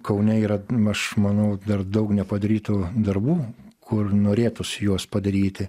kaune yra aš manau dar daug nepadarytų darbų kur norėtųsi juos padaryti